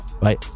Bye